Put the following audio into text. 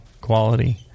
quality